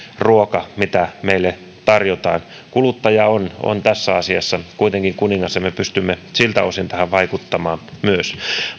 ruoka mitä meille tarjotaan kuluttaja on on tässä asiassa kuitenkin kuningas ja me pystymme siltä osin tähän vaikuttamaan myös